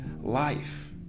life